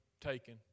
taken